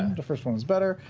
and first one was better.